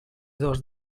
dos